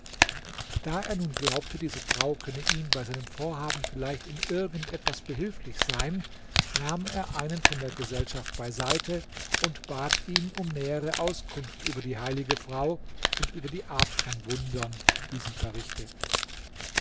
da er nun glaubte diese frau könne ihm bei seinem vorhaben vielleicht in irgend etwas behilflich sein nahm er einen von der gesellschaft beiseite und bat ihn um nähere auskunft über die heilige frau und über die art von wundern die sie verrichte